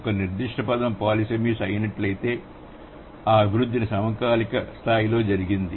ఒక నిర్దిష్ట పదం పాలిసెమస్ అయినట్లయితే ఆ అభివృద్ధి సమకాలీన స్థాయిలో జరిగింది